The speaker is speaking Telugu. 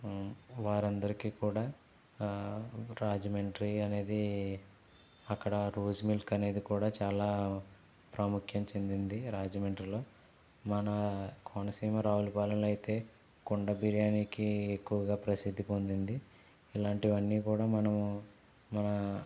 వారందరికీ కూడా రాజమండ్రి అనేది అక్కడ రోజు మిల్క్ అనేది కూడా చాలా ప్రాముఖ్యం చెందింది రాజమండ్రిలో మన కోనసీమ రావులపాలెంలో అయితే కుండ బిర్యానికి ఎక్కువగా ప్రసిద్ధి పొందింది ఇలాంటివన్నీ కూడా మనము మన